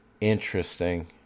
Interesting